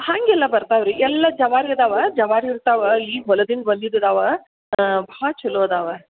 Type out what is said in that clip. ಹಾಗೆಲ್ಲ ಬರ್ತಾವೆ ರೀ ಎಲ್ಲ ಜವಾರಿ ಅದಾವೆ ಜವಾರಿ ಇರ್ತವೆ ಈಗ ಹೊಲ್ದಿಂದ ಬಂದಿದ್ದು ಅದಾವೆ ಭಾಳ ಚಲೋ ಅದಾವೆ